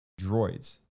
droids